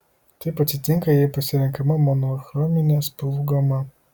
taip atsitinka jei pasirenkama monochrominė spalvų gama